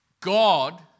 God